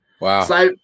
Wow